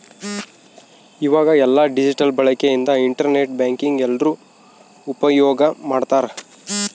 ಈವಾಗ ಎಲ್ಲ ಡಿಜಿಟಲ್ ಬಳಕೆ ಇಂದ ಇಂಟರ್ ನೆಟ್ ಬ್ಯಾಂಕಿಂಗ್ ಎಲ್ರೂ ಉಪ್ಯೋಗ್ ಮಾಡ್ತಾರ